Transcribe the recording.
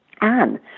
Anne